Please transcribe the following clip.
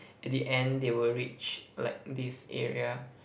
at the end they will reach like this area